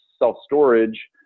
self-storage